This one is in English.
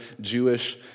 Jewish